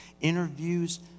interviews